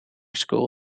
school